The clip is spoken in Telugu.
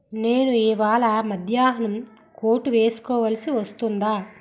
నేను ఇవాళ మధ్యాహ్నం కోటు వేసుకోవాల్సి వస్తుందా